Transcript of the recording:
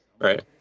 Right